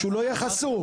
שהוא לא יהיה חשוף.